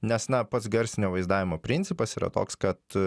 nes na pats garsinio vaizdavimo principas yra toks kad